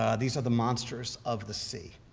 ah these are the monsters of the sea.